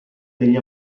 degli